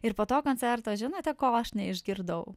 ir po to koncerto žinote ko aš neišgirdau